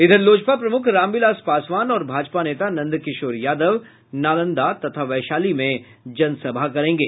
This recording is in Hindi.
इधर लोजपा प्रमुख रामविलास पासवान और भाजपा नेता नंदकिशोर यादव नालंदा तथा वैशाली में जनसभा करेंगे